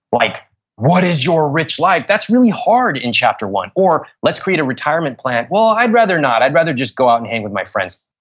like what is your rich life? that's really hard in chapter one. or let's create a retirement plan. well, i'd rather not i'd rather just go out and hang with my friends.